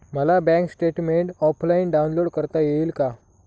मला bank statement offline download करता येईल का?